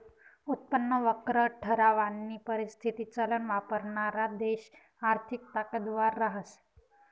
उत्पन्न वक्र ठरावानी परिस्थिती चलन वापरणारा देश आर्थिक ताकदवर रहास